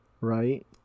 Right